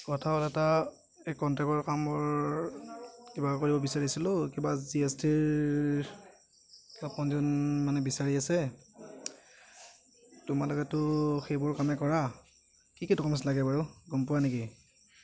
কথা হ'ল এটা এই কণ্ট্ৰেকৰ কামবোৰ কিবা কৰিব বিচাৰিছিলোঁ কিবা জি এছ টি ৰ কিবা পঞ্জীয়ন মানে বিচাৰি আছে তোমালোকেতো সেইবোৰ কামেই কৰা কি কি ডকুমেণ্টছ লাগে বাৰু গম পোৱা নেকি